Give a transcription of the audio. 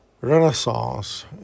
renaissance